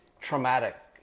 traumatic